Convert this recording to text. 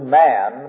man